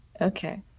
Okay